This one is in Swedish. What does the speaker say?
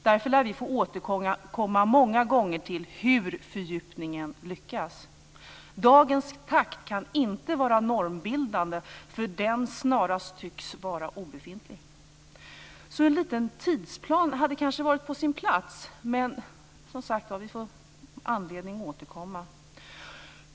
Därför lär vi få återkomma många gånger till hur fördjupningen lyckas. Dagens takt kan inte vara normbildande, för den tycks snarast vara obefintlig. En liten tidsplan hade kanske varit på sin plats, men vi får, som sagt var, anledning att återkomma.